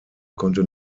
konnte